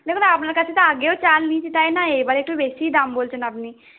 দেখুন আপনার কাছে তো আগেও চাল নিয়েছি তাই নয় এবারে একটু বেশিই দাম বলছেন আপনি